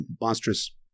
monstrous